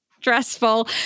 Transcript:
stressful